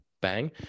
bang